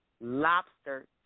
lobster